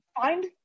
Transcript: Find